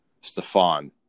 Stefan